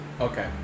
Okay